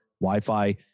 Wi-Fi